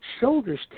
shoulders